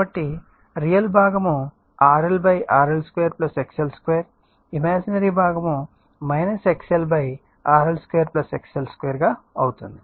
కాబట్టి రియల్ భాగము RLRL2 XL2 imaginary భాగము XLRL2XL2 గా అవుతుంది